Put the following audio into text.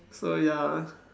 so ya